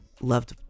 loved